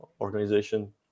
organization